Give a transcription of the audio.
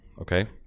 Okay